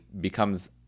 becomes